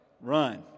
Run